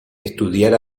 estudiar